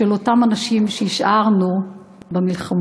של אותם אנשים שהשארנו במלחמות,